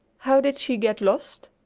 how did she get lost?